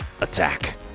Attack